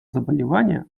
заболевания